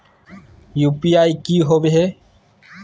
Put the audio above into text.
UPI की होवे है?